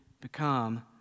become